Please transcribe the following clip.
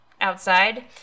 outside